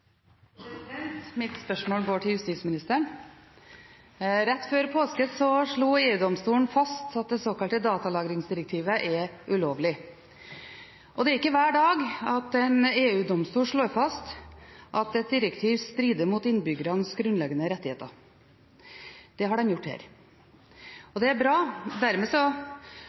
justisministeren: Rett før påske slo EU-domstolen fast at det såkalte datalagringsdirektivet er ulovlig. Det er ikke hver dag at en EU-domstol slår fast at et direktiv strider mot innbyggernes grunnleggende rettigheter. Det har de gjort her. Det er bra, og dermed